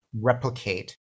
replicate